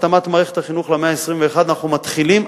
התאמת מערכת החינוך למאה ה-21: אנחנו מתחילים השנה.